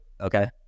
okay